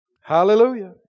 Hallelujah